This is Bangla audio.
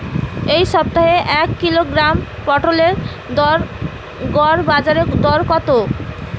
এ সপ্তাহের এক কিলোগ্রাম পটলের গড় বাজারে দর কত?